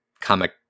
comic